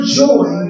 joy